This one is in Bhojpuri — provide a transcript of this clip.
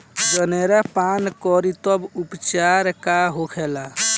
जनेरा पान करी तब उपचार का होखेला?